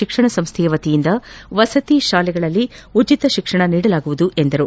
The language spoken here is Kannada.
ಶಿಕ್ಷಣ ಸಂಸ್ಥೆಯ ವಸತಿ ಶಾಲೆಗಳಲ್ಲಿ ಉಚಿತ ಶಿಕ್ಷಣ ನೀಡಲಾಗುವುದು ಎಂದರು